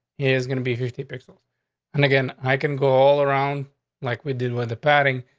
is gonna be fifty pixels and again i can go all around like we did with the padding.